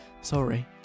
Sorry